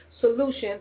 solution